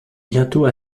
bientôt